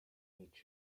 meet